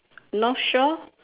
north shore